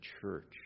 church